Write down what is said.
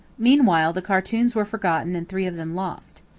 meanwhile the cartoons were forgotten and three of them lost.